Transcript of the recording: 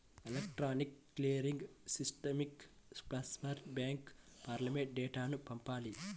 electronic clearing సిస్టమ్కి sponsor bank ఫారమ్లో డేటాను పంపాలి